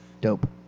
Dope